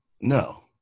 No